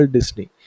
Disney